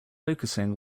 focusing